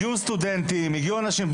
הגיעו סטודנטים, הגיעו אנשים.